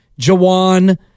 Jawan